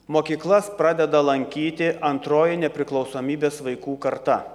mokyklas pradeda lankyti antroji nepriklausomybės vaikų karta